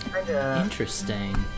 Interesting